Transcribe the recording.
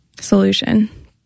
solution